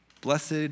Blessed